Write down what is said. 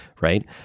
right